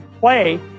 Play